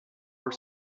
all